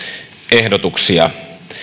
ehdotuksia